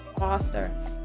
author